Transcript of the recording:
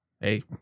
Hey